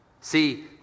See